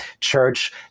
church